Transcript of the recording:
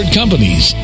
companies